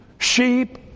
sheep